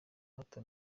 hato